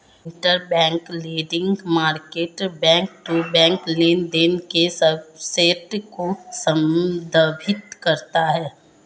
interbank lending market back to back लेनदेन के subset को संदर्भित करता है